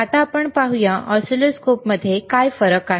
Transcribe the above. आता आपण पाहू या ऑसिलोस्कोपमध्ये काय फरक आहे